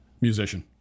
musician